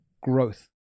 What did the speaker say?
growth